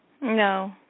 No